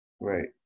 Right